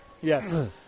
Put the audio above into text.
Yes